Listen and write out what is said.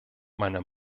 meine